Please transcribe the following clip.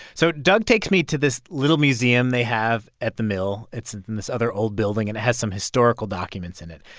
so doug takes me to this little museum they have at the mill. it's in this other old building, and it has some historical documents in it.